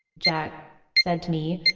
jack said to me.